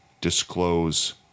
disclose